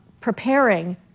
preparing